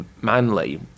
manly